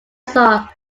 saw